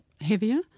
heavier